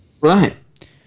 Right